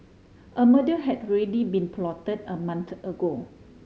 a murder had already been plotted a month ago